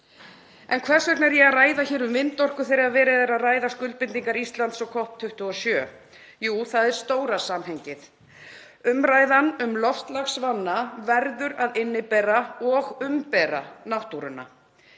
En hvers vegna er ég að ræða um vindorku þegar verið er að ræða skuldbindingar Íslands og COP27? Jú, það er stóra samhengið. Umræðan um loftslagsvána verður að innibera og umbera náttúruna.